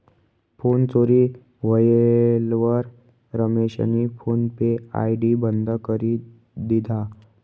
phone चोरी व्हयेलवर रमेशनी फोन पे आय.डी बंद करी दिधा